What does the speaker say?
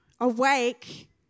awake